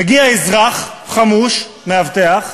מגיע אזרח חמוש, מאבטח,